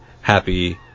happy